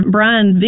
Brian